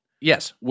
Yes